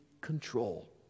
control